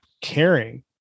caring